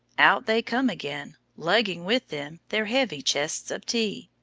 out they come again, lugging with them their heavy chests of tea.